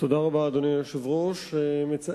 אדוני היושב-ראש, תודה רבה.